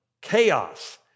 Chaos